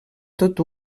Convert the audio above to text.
tot